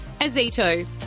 Azito